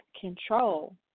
control